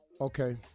Okay